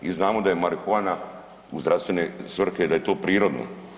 I znamo da je marihuana u zdravstvene svrhe da je to prirodno.